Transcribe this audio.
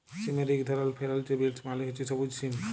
সিমের ইক ধরল ফেরেল্চ বিলস মালে হছে সব্যুজ সিম